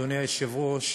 אדוני היושב-ראש,